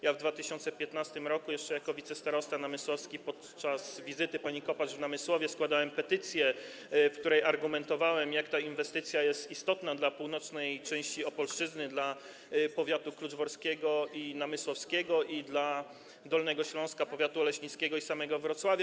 Ja w 2015 r. jeszcze jako wicestarosta namysłowski podczas wizyty pani Kopacz w Namysłowie składałem petycję, w której argumentowałem, jak ta inwestycja jest istotna dla północnej część Opolszczyzny, dla powiatu kluczborskiego i namysłowskiego i dla Dolnego Śląska, powiatu oleśnickiego i samego Wrocławia.